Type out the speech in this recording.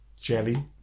Jelly